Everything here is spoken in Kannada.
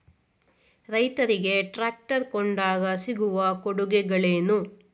ರೈತರಿಗೆ ಟ್ರಾಕ್ಟರ್ ಕೊಂಡಾಗ ಸಿಗುವ ಕೊಡುಗೆಗಳೇನು?